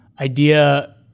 idea